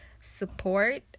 support